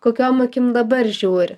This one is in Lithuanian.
kokiom akim dabar žiūri